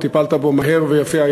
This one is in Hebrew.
וטיפלת בו מהר ויפה,